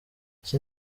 iki